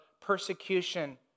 persecution